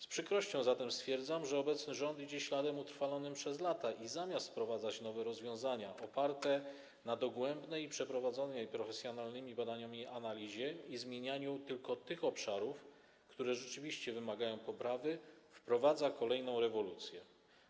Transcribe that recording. Z przykrością zatem stwierdzam, że obecny rząd idzie śladem utrwalonym przez lata i zamiast wprowadzać nowe rozwiązania oparte na dogłębnej i przeprowadzonej na podstawie profesjonalnych badań analizie i zmienianiu tylko tych obszarów, które rzeczywiście wymagają poprawy, wprowadza kolejną rewolucję.